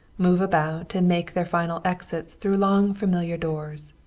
move about and make their final exits through long-familiar doors.